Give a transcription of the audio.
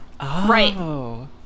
right